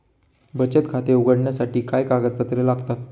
बचत खाते उघडण्यासाठी काय कागदपत्रे लागतात?